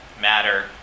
matter